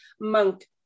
monk